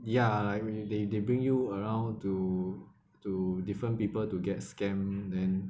ya like when they they bring you around to to different people to get scam then